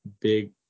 big